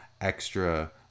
extra